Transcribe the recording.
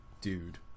Dude